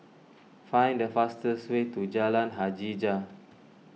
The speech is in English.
find the fastest way to Jalan Hajijah